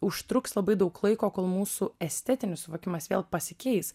užtruks labai daug laiko kol mūsų estetinis suvokimas vėl pasikeis